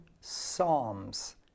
Psalms